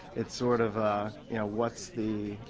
it's sort of yeah what's the